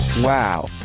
wow